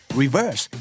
reverse